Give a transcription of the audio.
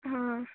हां